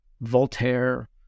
Voltaire